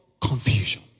Confusion